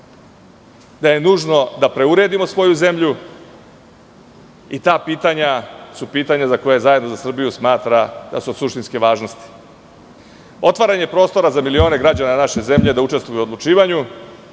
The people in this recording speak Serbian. da je nužno da preuredimo svoju zemlju i ta pitanja su pitanja, dakle, Zajedno za Srbiju smatra da su od suštinske važnosti. Otvaranje prostora za milione građana naše zemlje da učestvuju o odlučivanju,